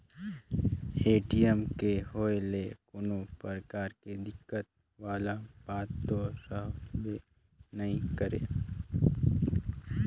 ATM के होए ले कोनो परकार के दिक्कत वाला बात तो रहबे नइ करे